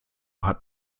hat